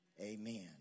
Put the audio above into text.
Amen